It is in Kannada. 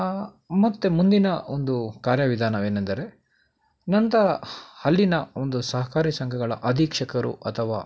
ಮತ್ತು ಮುಂದಿನ ಒಂದು ಕಾರ್ಯ ವಿಧಾನವೇನೆಂದರೆ ನಂತರ ಅಲ್ಲಿನ ಒಂದು ಸಹಕಾರಿ ಸಂಘಗಳ ಅಧೀಕ್ಷಕರು ಅಥವಾ